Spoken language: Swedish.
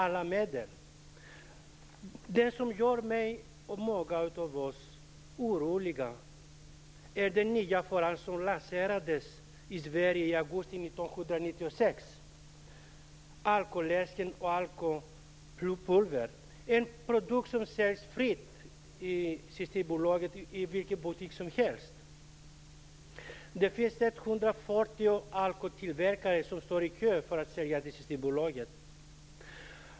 Något som gör mig och många andra oroliga är de nya produkter som lanserades i Sverige i augusti 1996, alkoläsken och alkopulvret. Det är produkter som säljs fritt i vilken butik som helst. Det finns 140 alkotillverkare som står i kö för att sälja dessa produkter till Systembolaget.